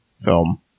film